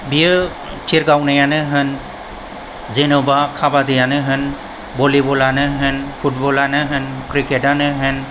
बियो थिर गावनायानो होन जेनेबा काबादियानो होन भलिबलानो होन फुटबलानो होन क्रिकेटानो होन